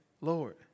Lord